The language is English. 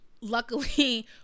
luckily